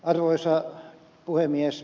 arvoisa puhemies